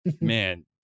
man